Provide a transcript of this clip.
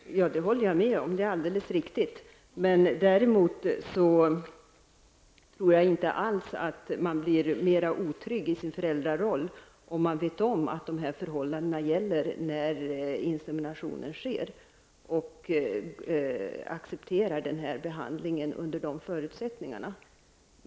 Herr talman! Ja, det håller jag med om. Det är riktigt. Däremot tror jag inte alls att man blir mera otrygg i sin föräldraroll om man vet om att dessa förhållanden gäller när inseminationen sker och när man accepterar behandlingen under de förutsättningarna.